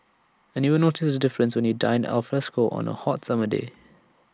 and you will notice the difference when you dine alfresco on A hot summer day